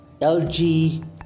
LG